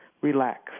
relax